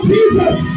Jesus